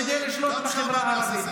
גם שם אעשה סדר.